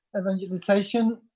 evangelization